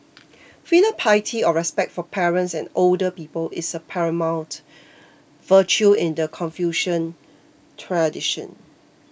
filial piety or respect for parents and older people is a paramount virtue in the Confucian tradition